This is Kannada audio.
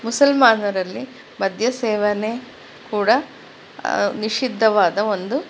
ಮುಸಲ್ಮಾನರಲ್ಲಿ ಮದ್ಯ ಸೇವನೆ ಕೂಡ ನಿಷಿದ್ಧವಾದ ಒಂದು